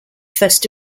first